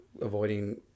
avoiding